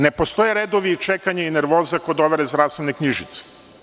Ne postoje redovi, čekanje i nervoza kod overe zdravstvene knjižice.